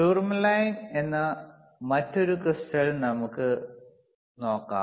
tourmaline എന്ന മറ്റൊരു crystal നമുക്ക് നോക്കാം